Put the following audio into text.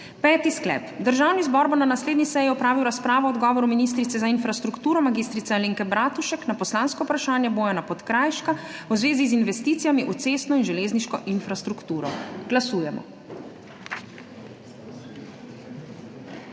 Peti sklep: Državni zbor bo na naslednji seji opravil razpravo o odgovoru ministrice za infrastrukturo mag. Alenke Bratušek na poslansko vprašanje Bojana Podkrajška v zvezi z investicijami v cestno in železniško infrastrukturo. Glasujemo.